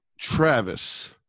Travis